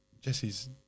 Jesse's